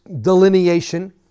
delineation